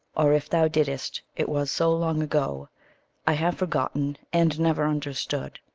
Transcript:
or if thou didst, it was so long ago i have forgotten and never understood,